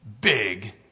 big